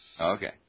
Okay